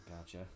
Gotcha